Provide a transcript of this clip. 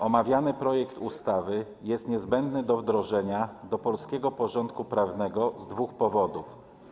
Omawiany projekt ustawy jest niezbędny do wdrożenia do polskiego porządku prawnego z dwóch powodów.